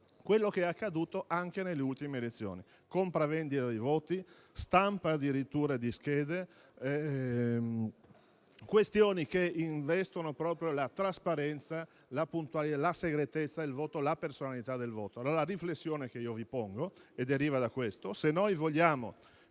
cosa è accaduto anche nelle ultime elezioni: compravendita dei voti, stampa di schede, questioni che investono la trasparenza, la segretezza e la personalità del voto. La riflessione che io vi propongo deriva da questo: se noi lo vogliamo